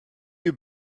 you